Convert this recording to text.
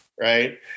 right